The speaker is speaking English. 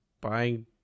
buying